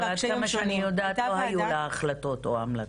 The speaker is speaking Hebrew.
אבל עד כמה שאני יודעת לא היו לה החלטות או המלצות.